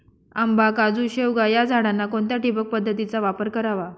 आंबा, काजू, शेवगा या झाडांना कोणत्या ठिबक पद्धतीचा वापर करावा?